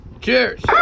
Cheers